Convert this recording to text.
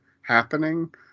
Happening